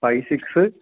five six